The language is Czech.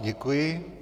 Děkuji.